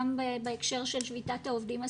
גם בהקשר של שביתת העובדים הסוציאליים.